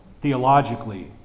theologically